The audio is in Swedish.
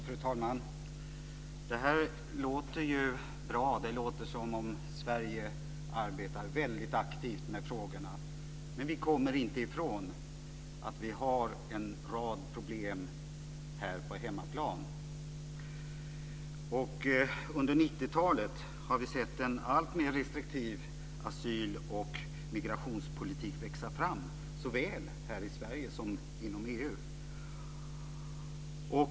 Fru talman! Det här låter ju bra. Det låter som om Sverige arbetar väldigt aktivt med frågorna. Men vi kommer inte ifrån att vi har en rad problem här på hemmaplan. Under 90-talet har vi sett en alltmer restriktiv asyl och migrationspolitik växa fram, såväl här i Sverige som inom EU.